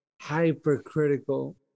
hypercritical